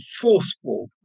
forceful